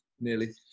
nearly